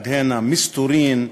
עד הנה: מסתורין,